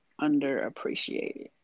underappreciated